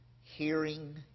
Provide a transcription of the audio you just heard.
hearing